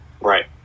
right